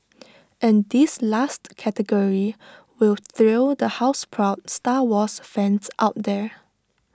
and this last category will thrill the houseproud star wars fans out there